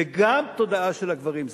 וגם תודעה של הגברים.